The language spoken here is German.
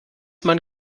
man